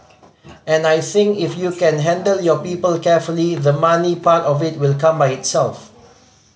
and I think if you can handle your people carefully the money part of it will come by itself